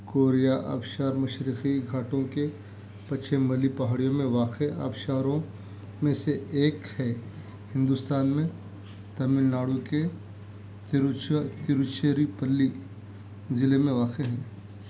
Korea آبشار مشرقی گھاٹوں کے پچھم والی پہاڑیوں میں واقع آبشاروں میں سے ایک ہے ہندوستان میں تمل ناڈو کے تروچا تروچیری پلی ضلع میں واقع ہے